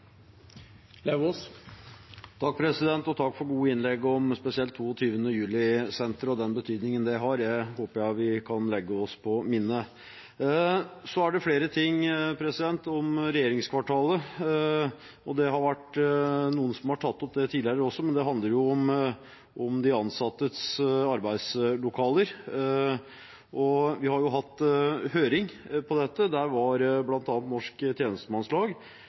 Takk for gode innlegg, spesielt om 22. juli-senteret og den betydningen det har. Det håper jeg vi kan legge oss på minnet. Jeg vil si flere ting om regjeringskvartalet. Andre har tatt det opp tidligere også, men det handler om de ansattes arbeidslokaler. Vi har hatt høring om dette, og der var bl.a. Norsk Tjenestemannslag,